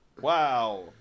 Wow